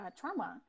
trauma